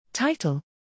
Title